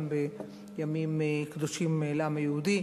גם בימים קדושים לעם היהודי,